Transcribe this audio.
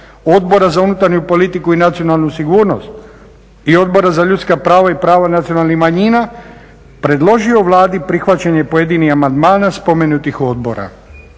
Odbora za unutarnju politiku i nacionalnu sigurnost i Odbora za ljudska prava i prava nacionalnih manjina predložio Vladi prihvaćanje pojedinih amandmana spomenutih odbora.